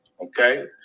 okay